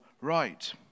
right